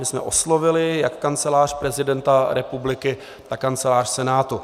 My jsme oslovili jak Kancelář prezidenta republiky, tak Kancelář Senátu.